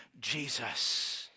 Jesus